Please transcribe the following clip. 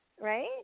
right